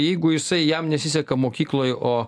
jeigu jisai jam nesiseka mokykloj o